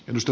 kiitos